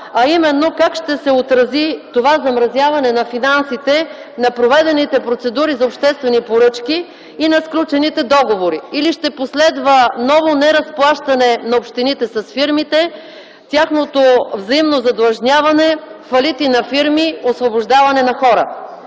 а именно как ще се отрази това замразяване на финансите на проведените процедури за обществени поръчки и на сключените договори. Ще последва ли ново неразплащане на общините с фирмите, тяхното взаимно задлъжняване, фалити на фирми, освобождаване на хора?